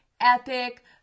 epic